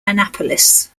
annapolis